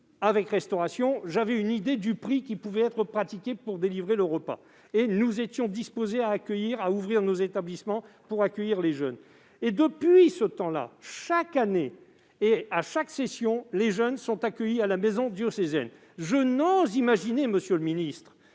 avec restauration, j'avais une idée des prix qui pouvaient être pratiqués pour délivrer les repas, et nous étions disposés à ouvrir nos établissements pour accueillir les jeunes. Depuis ce temps-là, chaque année et à chaque session, les jeunes sont accueillis à la maison diocésaine. Je n'ose imaginer, monsieur le ministre,